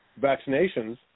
vaccinations